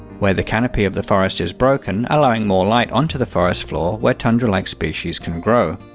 where the canopy of the forest is broken, allowing more light onto the forest floor where tundra-like species can grow.